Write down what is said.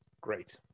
Great